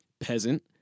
peasant